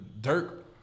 Dirk